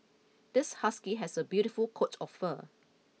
this husky has a beautiful coat of fur